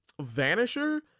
Vanisher